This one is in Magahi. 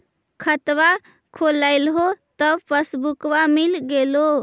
खतवा खोलैलहो तव पसबुकवा मिल गेलो?